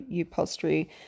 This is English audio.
upholstery